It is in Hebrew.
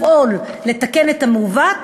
לפעול לתקן את המעוות